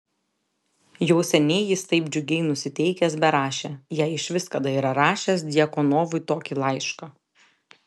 jau seniai jis taip džiugiai nusiteikęs berašė jei išvis kada yra rašęs djakonovui tokį laišką